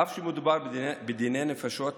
אף שמדובר בדיני נפשות,